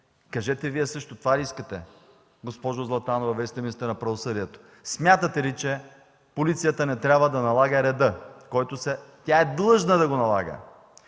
кажете и Вие: това ли искате, госпожо Златанова? Вие сте министър на правосъдието. Смятате ли, че полицията не трябва да налага реда, който тя е длъжна да налага